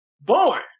born